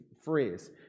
phrase